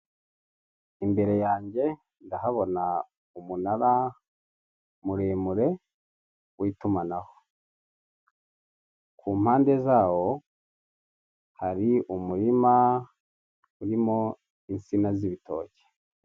Imbere yanjye ndahabona umunara muremure w'itumanaho, ku mpande zawo hari umurima urimo insina z'ibitoki.